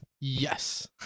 Yes